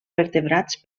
vertebrats